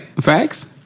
Facts